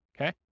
okay